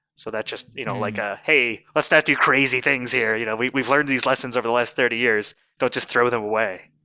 so that's just you know like a, hey, let's not do crazy things here. you know we've we've learned these lessons over the last thirty years, don't just them throw them away.